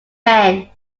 men